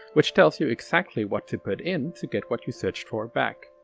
which tells you exactly what to put in to get what you searched for back.